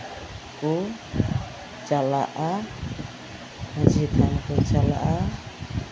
ᱠᱚ ᱪᱟᱞᱟᱜᱼᱟ ᱢᱟᱺᱡᱷᱤ ᱛᱷᱟᱱ ᱠᱚ ᱪᱟᱞᱟᱜᱼᱟ